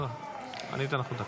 בסדר, אני אתך עוד דקה.